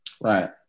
Right